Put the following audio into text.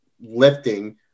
lifting